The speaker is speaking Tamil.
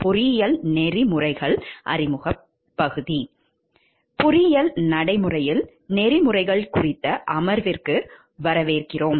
பொறியியல் நடைமுறையில் நெறிமுறைகள் குறித்த அமர்வுக்கு வரவேற்கிறோம்